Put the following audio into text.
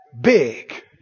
big